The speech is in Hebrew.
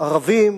ערבים,